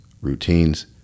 routines